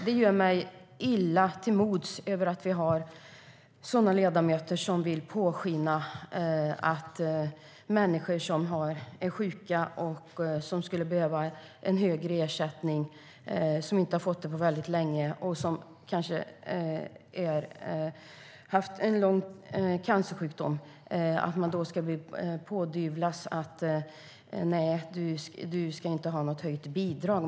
Det gör mig illa till mods att vi har ledamöter som vill låta påskina att människor som är sjuka och som skulle behöva en högre ersättning - de har inte fått det på väldigt länge - och kanske haft en lång cancersjukdom ska få höra: Nej, du ska inte ha något höjt bidrag!